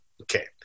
Okay